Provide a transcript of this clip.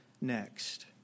next